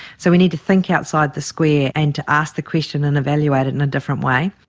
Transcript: so we need to think outside the square and to ask the question and evaluate it in a different way.